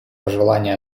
пожелание